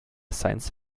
science